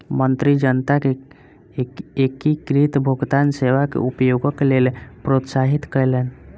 मंत्री जनता के एकीकृत भुगतान सेवा के उपयोगक लेल प्रोत्साहित कयलैन